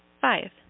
Five